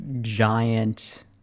giant